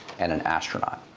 and an astronaut.